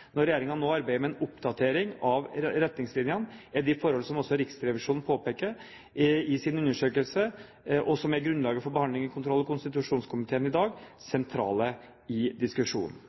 Når regjeringen nå arbeider med en oppdatering av retningslinjene, er de forhold som også Riksrevisjonen påpeker i sin undersøkelse, og som er grunnlaget for behandlingen i kontroll- og konstitusjonskomiteen i dag, sentrale i diskusjonen.